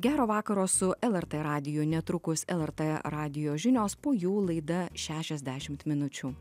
gero vakaro su lrt radiju netrukus lrt radijo žinios po jų laida šešiasdešimt minučių